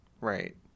Right